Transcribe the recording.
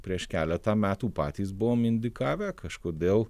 prieš keletą metų patys buvom indikavę kažkodėl